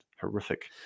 horrific